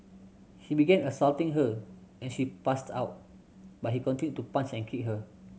he began assaulting her and she passed out but he continued to punch and kick her